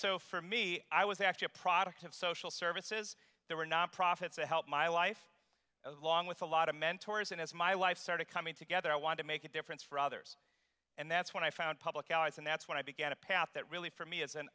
so for me i was actually a product of social services there were nonprofits to help my life along with a lot of mentors and as my life started coming together i wanted to make a difference for others and that's when i found public allies and that's when i began a path that really for me as an